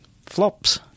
flops